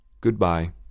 Goodbye